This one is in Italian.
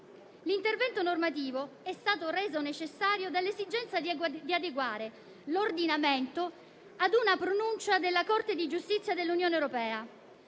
L'intervento normativo è stato reso necessario dall'esigenza di adeguare l'ordinamento a una pronuncia della Corte di giustizia dell'Unione europea.